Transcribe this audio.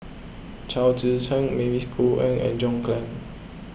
Chao Tzee Cheng Mavis Khoo Oei and John Clang